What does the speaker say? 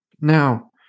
Now